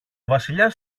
βασιλιάς